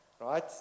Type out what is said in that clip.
right